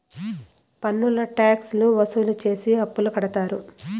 పన్నులు ట్యాక్స్ లు వసూలు చేసి అప్పులు కడతారు